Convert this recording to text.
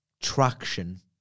traction